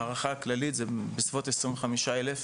ההערכה הכללית זה בסביבות 25,000 בשנה.